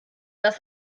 das